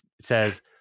says